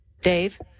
Dave